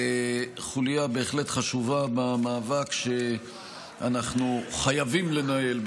זו חוליה בהחלט חשובה במאבק שאנחנו חייבים לנהל,